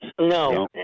No